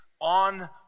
on